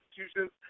institutions